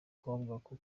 kuko